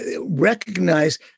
recognize